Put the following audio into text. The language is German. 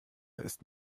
ist